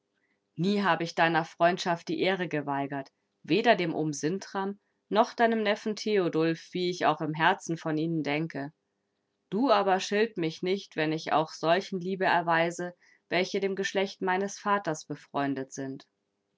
nie habe ich deiner freundschaft die ehre geweigert weder dem ohm sintram noch deinem neffen theodulf wie ich auch im herzen von ihnen denke du aber schilt mich nicht wenn ich auch solchen liebe erweise welche dem geschlecht meines vaters befreundet sind